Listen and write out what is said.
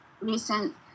recent